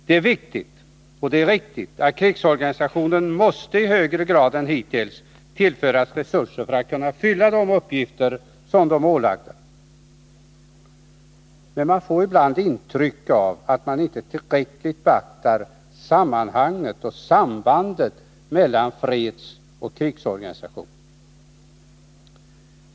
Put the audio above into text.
Det är viktigt och riktigt att krigsorganisationen i högre grad än hittills måste tillföras resurser för att kunna fylla de uppgifter som den är ålagd. Men man får ibland intryck av att man inte tillräckligt beaktar sammanhanget och sambandet mellan fredsoch krigsorganisation.